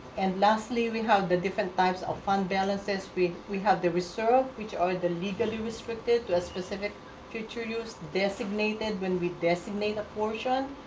and lastly we have the different types of fund balances. we we have the reserve, which are the legally restricted to a specific future use designated when we designate a portion,